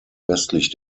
westlich